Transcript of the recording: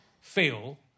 feel